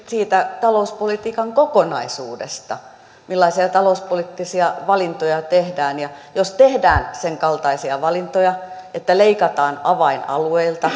siitä talouspolitiikan kokonaisuudesta millaisia talouspoliittisia valintoja tehdään ja jos tehdään sen kaltaisia valintoja että leikataan avainalueilta